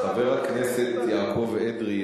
חבר הכנסת יעקב אדרי,